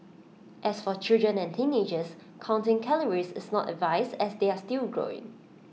as for children and teenagers counting calories is not advised as they are still growing